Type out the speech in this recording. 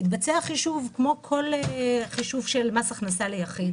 יתבצע חישוב כמו כל חישוב של מס הכנסה ליחיד